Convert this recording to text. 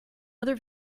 other